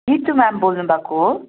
Ritu ma'am बोल्नुभएको हो